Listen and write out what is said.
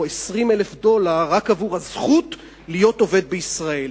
20,000 דולר רק עבור הזכות להיות עובד זר בישראל.